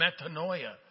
metanoia